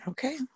Okay